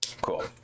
cool